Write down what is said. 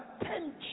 attention